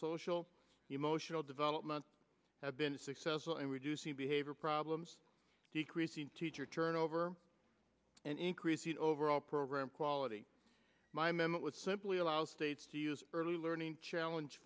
social emotional development have been successful in reducing behavior problems decreasing teacher turnover and increasing overall program quality my men would simply allow states to use early learning challenge